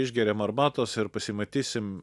išgeriam arbatos ir pasimatysim